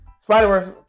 Spider-Verse